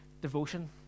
devotion